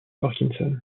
parkinson